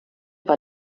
war